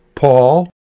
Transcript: Paul